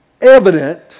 evident